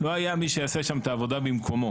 לא היה מי שיעשה שם את העבודה במקומו.